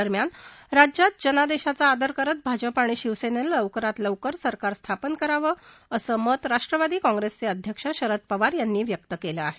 दरम्यान राज्यात जनादेशाचा आदर करत भाजपा आणि शिवसेनेनं लवकरात लवकर सरकार स्थापन करावं असं मत राष्ट्रवादी काँग्रिसचे अध्यक्ष शरद पवार यांनी व्यक्त केलं आहे